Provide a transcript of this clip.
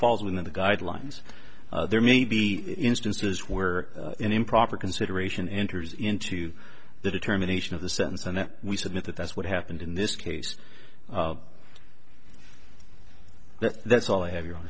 falls within the guidelines there may be instances where an improper consideration enters into the determination of the sentence and we submit that that's what happened in this case but that's all i have your